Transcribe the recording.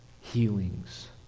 Healings